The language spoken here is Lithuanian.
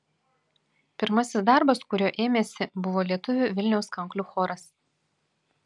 pirmasis darbas kurio ėmėsi buvo lietuvių vilniaus kanklių choras